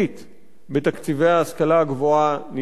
בתקציבי ההשכלה הגבוהה נדרשת לנו,